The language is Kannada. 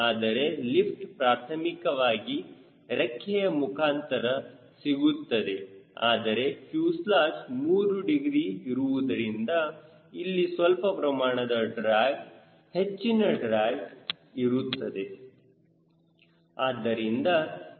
ಆದರೆ ಲಿಫ್ಟ್ ಪ್ರಾಥಮಿಕವಾಗಿ ರೆಕ್ಕೆಯ ಮುಖಾಂತರ ಸಿಗುತ್ತದೆ ಆದರೆ ಫ್ಯೂಸೆಲಾಜ್ 3 ಡಿಗ್ರಿ ಇರುವುದರಿಂದ ಇಲ್ಲಿ ಸ್ವಲ್ಪ ಪ್ರಮಾಣದ ಡ್ರ್ಯಾಗ್ ಹೆಚ್ಚಿನ ಡ್ರ್ಯಾಗ್ ಇರುತ್ತದೆ